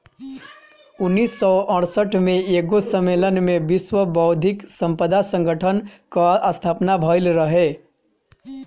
उन्नीस सौ सड़सठ में एगो सम्मलेन में विश्व बौद्धिक संपदा संगठन कअ स्थापना भइल रहे